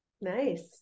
Nice